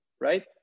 right